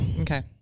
Okay